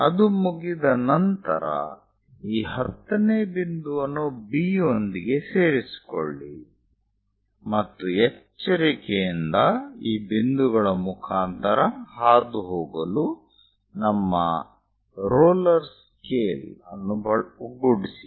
ಅದು ಮುಗಿದ ನಂತರ ಈ 10 ನೇ ಬಿಂದುವನ್ನು B ಯೊಂದಿಗೆ ಸೇರಿಸಿಕೊಳ್ಳಿ ಮತ್ತು ಎಚ್ಚರಿಕೆಯಿಂದ ಈ ಬಿಂದುಗಳ ಮುಖಾಂತರ ಹಾದುಹೋಗಲು ನಮ್ಮ ರೋಲರ್ ಸ್ಕೇಲ್ ಅನ್ನು ಒಗ್ಗೂಡಿಸಿ